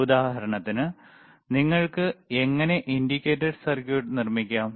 ഉദാഹരണത്തിന് നിങ്ങൾക്ക് എങ്ങനെ ഇൻഡിക്കേറ്റർ സർക്യൂട്ട് നിർമ്മിക്കാം